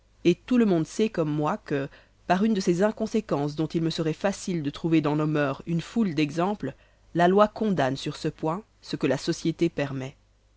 et tout le monde sait comme moi que par une de ces inconséquences dont il me serait facile de trouver dans nos moeurs une foule d'exemples la loi condamne sur ce point ce que la société permet